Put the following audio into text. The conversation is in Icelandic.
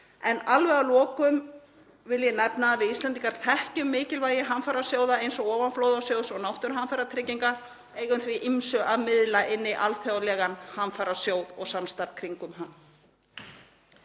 Carbfix. Að lokum vil ég nefna að við Íslendingar þekkjum mikilvægi hamfarasjóða eins og ofanflóðasjóðs og náttúruhamfaratrygginga og eigum því ýmsu að miðla inn í alþjóðlegan hamfarasjóð og samstarf í kringum hann.